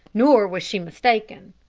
nor was she mistaken.